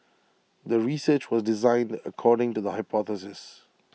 the research was designed according to the hypothesis